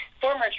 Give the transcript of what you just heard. former